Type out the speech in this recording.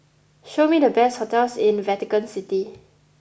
show me the best hotels in Vatican City